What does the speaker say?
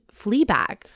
Fleabag